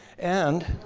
and